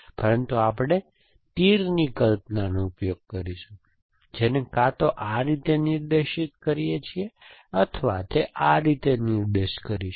પરંતુ આપણે તીરની કલ્પનાનો ઉપયોગ કરીશું જેને કાં તો આ રીતે નિર્દેશ કરીએ છીએ અથવા તે આ રીતે નિર્દેશ કરીશું